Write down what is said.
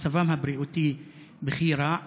מצבם הבריאותי בכי רע.